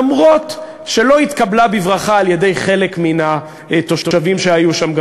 אף שלא התקבלה בברכה על-ידי חלק מן התושבים שהיו שם,